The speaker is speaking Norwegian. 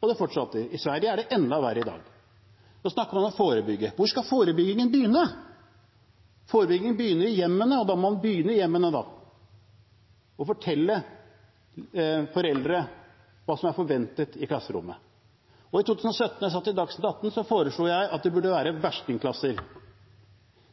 Og det fortsatte. I Sverige er det enda verre i dag. Så snakker man om forebygging. Hvor skal forebyggingen begynne? Forebygging begynner i hjemmene, og da må man begynne der og fortelle foreldrene hva som er forventet i klasserommet. I 2017, da jeg satt i Dagsnytt 18, foreslo jeg at det burde være verstingklasser.